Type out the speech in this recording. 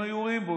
הם היו יורים בו,